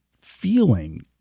feeling